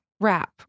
wrap